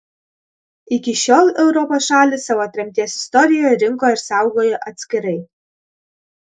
iki šiol europos šalys savo tremties istoriją rinko ir saugojo atskirai